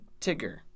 Tigger